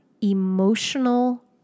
emotional